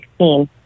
2016